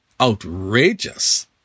Outrageous